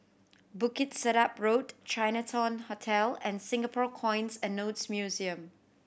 Bukit Sedap Road Chinatown Hotel and Singapore Coins and Notes Museum